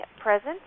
present